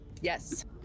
Yes